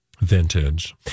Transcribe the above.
vintage